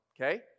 okay